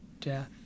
death